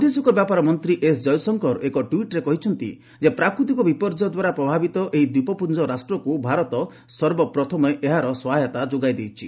ବୈଦେଶିକ ବ୍ୟାପାର ମନ୍ତ୍ରୀ ଏସ ଜୟଶଙ୍କର ଏକ ଟୁଇଟ୍ରେ କହିଛନ୍ତି ପ୍ରାକୃତିକ ବିପର୍ଯ୍ୟୟ ଦ୍ୱାରା ପ୍ରଭାବିତ ଏହି ଦ୍ୱୀପପୁଞ୍ଜ ରାଷ୍ଟ୍ରକୁ ଭାରତ ସର୍ବପ୍ରଥମେ ଏହାର ସହାୟତା ଯୋଗାଇ ଦେଇଛି